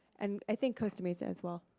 and i think costa mesa as well.